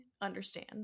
understand